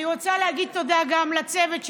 אני רוצה להגיד תודה גם לצוות שלי,